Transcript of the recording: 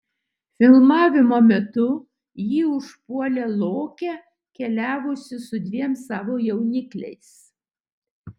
filmavimo metu jį užpuolė lokė keliavusi su dviem savo jaunikliais